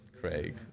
Craig